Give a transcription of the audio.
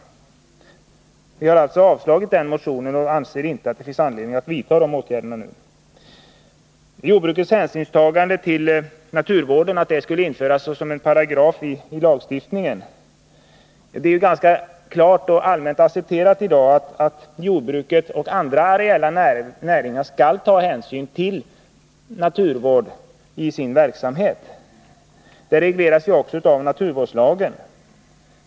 Utskottet har avstyrkt den motion som väckts i den här frågan och anser inte att det finns anledning att nu vidta de åtgärder som där föreslås. När det sedan gäller att jordbrukets hänsynstagande till naturvården skulle införas som en paragraf i lagstiftningen vill jag säga att det är ganska klart och allmänt accepterat i dag att jordbruket och andra areella näringar skall ta hänsyn till naturvård i sin verksamhet. Detta regleras också av naturvårdslagen.